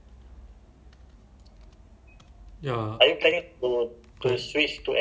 because I have the you know la~ last time I buy the macbook air kan